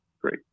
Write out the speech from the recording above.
great